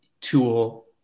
tool